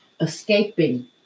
escaping